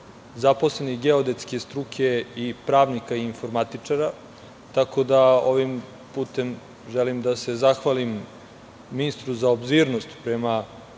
zaposlenih geodetske struke i pravnika i informatičara, tako da ovim putem želim da se zahvalim ministru za obzirnost prema tim